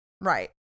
Right